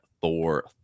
Thor